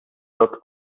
not